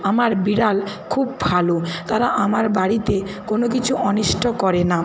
আমার বিড়াল খুব ভালো তারা আমার বাড়িতে কোনো কিছু অনিষ্ট করে না